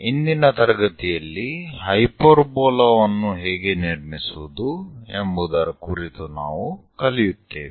ಇಂದಿನ ತರಗತಿಯಲ್ಲಿ ಹೈಪರ್ಬೋಲಾವನ್ನು ಹೇಗೆ ನಿರ್ಮಿಸುವುದು ಎಂಬುವುದರ ಕುರಿತು ನಾವು ಕಲಿಯುತ್ತೇವೆ